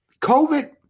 COVID